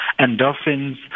endorphins